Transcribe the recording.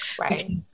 Right